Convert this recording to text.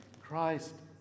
christ